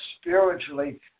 spiritually